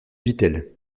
vitel